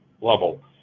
level